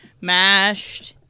mashed